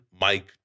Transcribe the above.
Mike